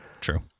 True